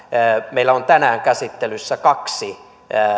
meillä on tänään käsittelyssä kaksi